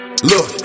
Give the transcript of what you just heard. Look